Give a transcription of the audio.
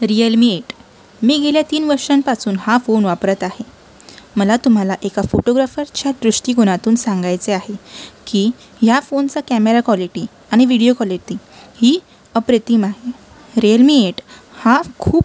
Realme eight मी गेल्या तीन वर्षांपासून हा फोन वापरत आहे मला तुम्हाला एका फोटोग्राफरच्या दृष्टिकोनातून सांगायचे आहे की ह्या फोनचा कॅमेरा क्वालिटी आणि विडीयो क्वालिटी ही अप्रतिम आहे रियलमी एट हा खूप